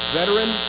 veteran